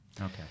Okay